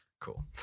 cool